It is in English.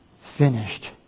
finished